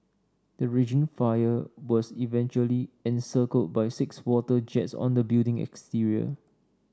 the raging fire was eventually encircled by six water jets on the building exterior